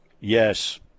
Yes